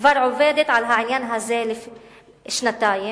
כבר עובדת על העניין הזה מזה שנתיים,